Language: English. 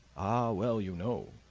ah well, you know,